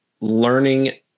learning